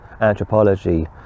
anthropology